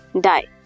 die